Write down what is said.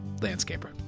landscaper